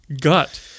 gut